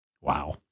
Wow